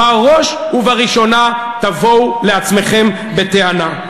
בראש ובראשונה תבואו לעצמכם בטענה.